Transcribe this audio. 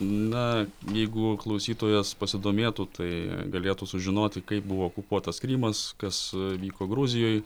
na jeigu klausytojas pasidomėtų tai galėtų sužinoti kaip buvo okupuotas krymas kas vyko gruzijoj